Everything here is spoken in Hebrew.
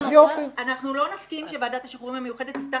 אנחנו לא נסכים שוועדת השחרורים המיוחדת תפתח